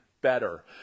better